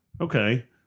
Okay